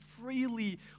freely